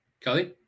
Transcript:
Kelly